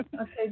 Okay